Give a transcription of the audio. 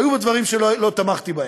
היו בו דברים שלא תמכתי בהם,